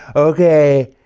okay,